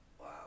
Wow